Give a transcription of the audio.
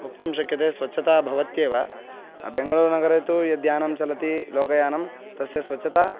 वक्तुं शक्यते स्वच्छता भवत्येव बेङ्गलूरुनगरे तु यद्यानं चलति लोकयानं तस्य स्वच्छता